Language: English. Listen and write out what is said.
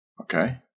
Okay